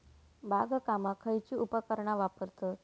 बागकामाक खयची उपकरणा वापरतत?